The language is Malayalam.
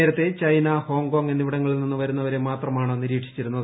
നേരത്തെ ചൈന ഹോംകോങ് എന്നിവിടങ്ങളിൽ നിന്ന് വരുന്നവരെ മാത്രമാണ് നിരീക്ഷിച്ചിരുന്നത്